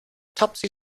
topsy